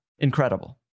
incredible